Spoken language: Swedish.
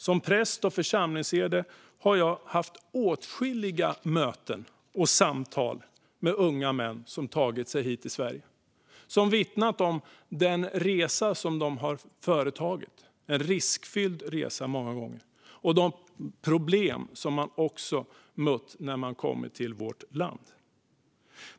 Som präst och församlingsherde har jag haft åtskilliga möten och samtal med unga män som tagit sig hit till Sverige och som vittnat om den resa de har företagit, många gånger en riskfylld resa, och om de problem de mött när de kommit till vårt land.